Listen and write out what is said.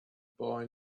boy